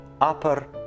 upper